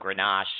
Grenache